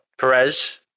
Perez